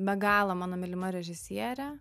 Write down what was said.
be galo mano mylima režisierė